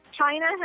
China